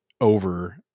over